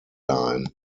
line